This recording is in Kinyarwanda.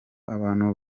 abantu